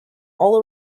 all